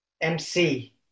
MC